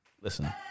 Listen